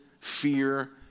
fear